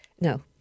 No